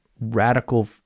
radical